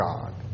God